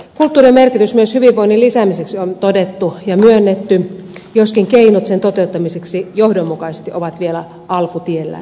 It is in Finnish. kulttuurin merkitys myös hyvinvoinnin lisäämisessä on todettu ja myönnetty joskin keinot sen toteuttamiseksi johdonmukaisesti ovat vielä alkutiellään